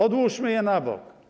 Odłóżmy je na bok.